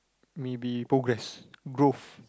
maybe progress growth